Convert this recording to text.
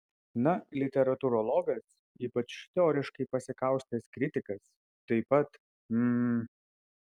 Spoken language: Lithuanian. na literatūrologas ypač teoriškai pasikaustęs kritikas taip pat m